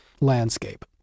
landscape